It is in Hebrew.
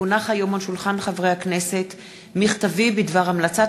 כי הונח היום על שולחן הכנסת מכתבי בדבר המלצת